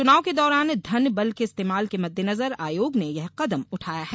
चुनाव के दौरान धन बल के इस्तेमाल के मद्देनजर आयोग ने यह कदम उठाया है